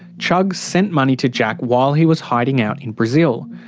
chugg sent money to jack while he was hiding out in brazil.